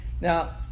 now